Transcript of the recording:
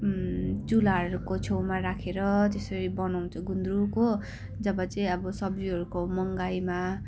चुलाहरूको छेउमा राखेर त्यसरी बनाउँछ गुन्द्रुक हो जब चाहिँ अब सब्जीहरूको महँगाइमा